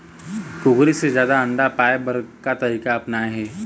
कुकरी से जादा अंडा पाय बर का तरीका अपनाना ये?